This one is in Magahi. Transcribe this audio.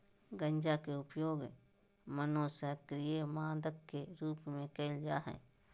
गंजा के उपयोग मनोसक्रिय मादक के रूप में कयल जा हइ